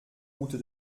route